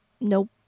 Nope